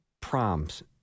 proms